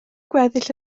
gweddill